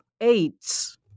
AIDS